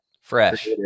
fresh